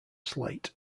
slate